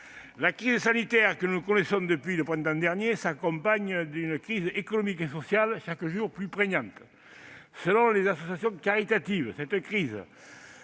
la crise sanitaire que nous connaissons depuis le printemps dernier s'accompagne d'une crise économique et sociale chaque jour plus prégnante. Selon les associations caritatives, cette crise